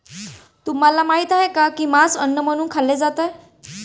तुम्हाला माहित आहे का की मांस अन्न म्हणून खाल्ले जाते?